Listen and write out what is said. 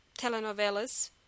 telenovelas